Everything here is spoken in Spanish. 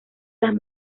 las